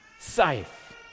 safe